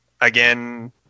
again